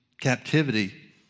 captivity